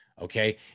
okay